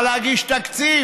אפשר להגיש תקציב.